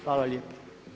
Hvala lijepa.